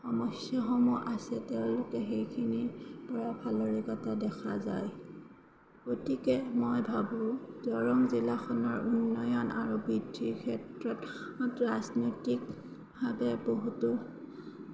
সমস্যসমূহ আছে তেওঁলোকে সেইখিনিৰ পৰা ফালৰি কটা দেখা যায় গতিকে মই ভাবোঁ দৰং জিলাখনৰ উন্নয়ন আৰু বৃদ্ধিৰ ক্ষেত্ৰত মাত্ৰ ৰাজনৈতিকভাৱে বহুতো